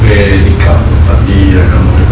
tapi like rambut tak terbuka